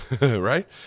Right